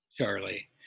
Charlie